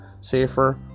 safer